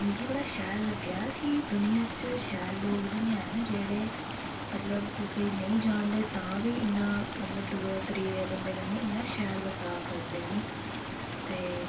ते मिगी बड़ा शैल लग्गेआ कि दूनियां बिच शैल लोग बी हैन जेह्ड़े मतलब कुसैगी नेईं जानदे तां बी इन्ना मतलब दूऐ त्रीए बंदे कन्नै मतलब शैल बर्ताव करदे हैनी ते